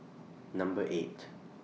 Number eight